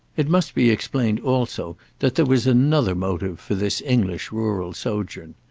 it must be explained also that there was another motive for this english rural sojourn.